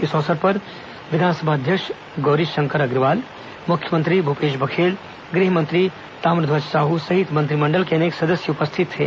इस अवसर पर विधानसभा अध्यक्ष गौरीशंकर अग्रवाल मुख्यमंत्री भूपेश बघेल गृह मंत्री ताम्रध्वज साहू सहित मंत्रिमंडल के अनेक सदस्य उपस्थित थे